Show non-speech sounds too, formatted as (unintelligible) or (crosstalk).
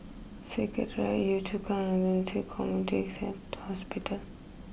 Secretariat Yio Chu Kang and Ren Ci Community (unintelligible) Hospital